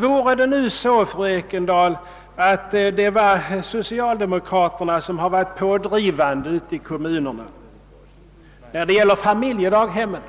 Vore det så, fru Ekendahl, att socialdemokraterna varit pådrivande i kommunerna när det gäller familjedaghemmen,